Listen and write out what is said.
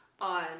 on